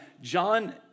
John